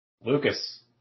Lucas